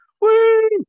Woo